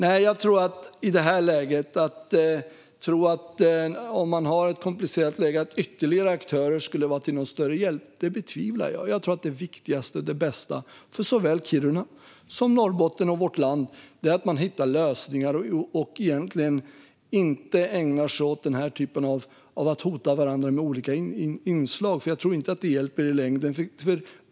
I det komplicerade läge som råder betvivlar jag att ytterligare aktörer skulle vara till någon större hjälp. Jag tror att det viktigaste och bästa för såväl Kiruna som Norrbotten och vårt land är att hitta lösningar och att inte ägna sig åt att hota varandra. Det hjälper inte i längden.